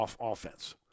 offense